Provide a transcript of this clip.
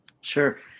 Sure